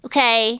Okay